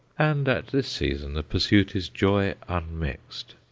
and at this season the pursuit is joy unmixed.